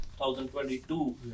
2022